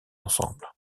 ensemble